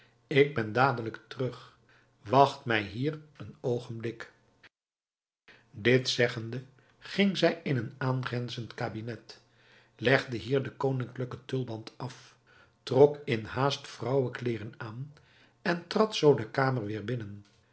ik ben dadelijk terug wacht mij hier een oogenblik dit zeggende ging zij in een aangrenzend kabinet legde hier den koninklijken tulband af trok in haast vrouwenkleêren aan en trad zoo de kamer weêr binnen